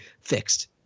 Fixed